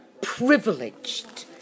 privileged